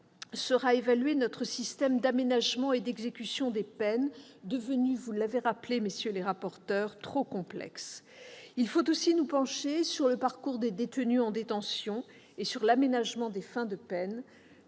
sera évalué notre système d'aménagement et d'exécution des peines, devenu, vous l'avez rappelé, messieurs les rapporteurs, trop complexe. Il faut aussi nous pencher sur le parcours des détenus en détention et l'aménagement des fins de peine.